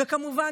וכמובן,